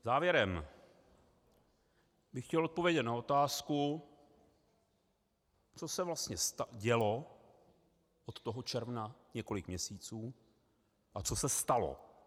Závěrem bych chtěl odpovědět na otázku, co se vlastně dělo od června několik měsíců a co se stalo.